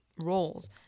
roles